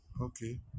Okay